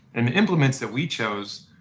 and the implements that we chose,